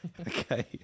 Okay